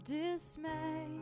dismay